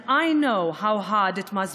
אנחנו תומכים